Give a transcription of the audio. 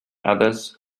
others